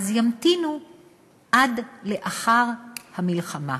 אז ימתינו עד לאחר המלחמה.